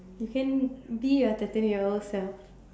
you can be your thirteen year old self